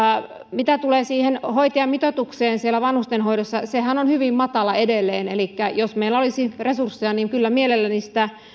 mitä tulee siihen hoitajamitoitukseen siellä vanhustenhoidossa sehän on hyvin matala edelleen elikkä jos meillä olisi resursseja niin kyllä mielelläni sitä